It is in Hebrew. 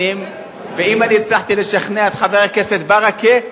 ואם אני הצלחתי לשכנע את חבר הכנסת ברכה,